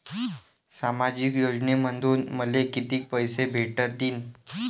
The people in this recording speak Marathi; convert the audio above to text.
सामाजिक योजनेमंधून मले कितीक पैसे भेटतीनं?